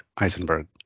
Eisenberg